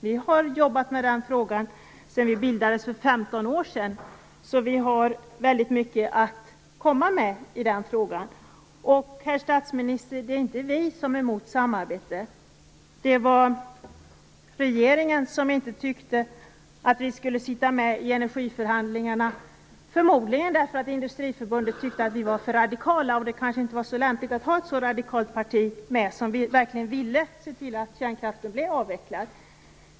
Vi har jobbat med den frågan sedan vårt parti bildades för 15 år sedan, så vi har mycket att komma med. Herr statsminister, det är inte vi som är emot samarbete. Det var regeringen som inte tyckte att vi skulle sitta med i energiförhandlingarna, förmodligen därför att Industriförbundet tyckte att vi var för radikala. Det kanske inte var så lämpligt att ha med ett så radikalt parti, som verkligen ville se till att kärnkraften blev avvecklad.